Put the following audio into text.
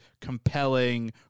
compelling